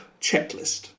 checklist